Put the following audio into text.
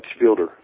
fielder